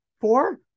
four